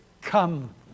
Come